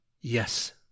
yes